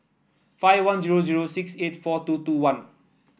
five one zero zero six eight four two two one